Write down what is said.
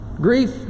Grief